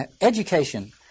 education